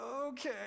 okay